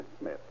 Smith